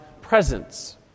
presence